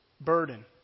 burden